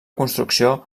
construcció